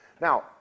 Now